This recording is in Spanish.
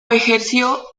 ejerció